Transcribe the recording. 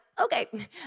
okay